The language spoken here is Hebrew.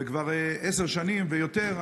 וכבר עשר שנים ויותר,